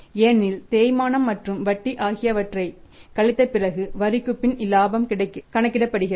ஏனெனில் தேய்மானம் மற்றும் வட்டி ஆகியவற்றைக் கழித்த பிறகு வரிக்குப் பின் இலாபம் கணக்கிடப்படுகிறது